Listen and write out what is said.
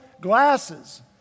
glasses